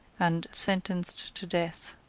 and sentenced to death.